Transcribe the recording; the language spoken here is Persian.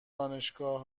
دانشگاه